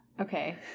Okay